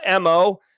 MO